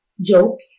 joke